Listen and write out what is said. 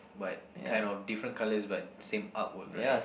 but kind of different colour buts same artwork right